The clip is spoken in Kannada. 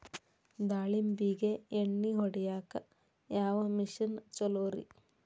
ದಾಳಿಂಬಿಗೆ ಎಣ್ಣಿ ಹೊಡಿಯಾಕ ಯಾವ ಮಿಷನ್ ಛಲೋರಿ?